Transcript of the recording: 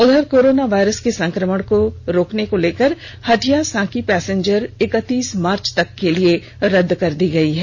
उधर corona virus के संक्रमण रोकने को लेकर हटिया सांकी पैसेंजर इकतीस मार्च तक के लिए रदद कर दी गई है